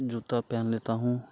जूता पहन लेता हूँ